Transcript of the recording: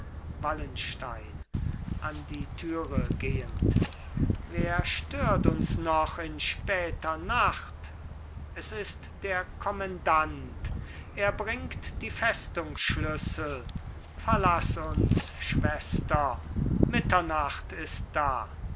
wallenstein an die tür gehend wer stört uns noch in später nacht es ist der kommendant er bringt die festungsschlüssel verlaß uns schwester mitternacht ist da